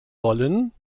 wollen